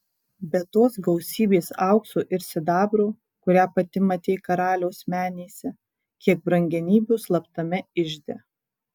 be tos gausybės aukso ir sidabro kurią pati matei karaliaus menėse kiek brangenybių slaptame ižde